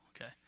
Okay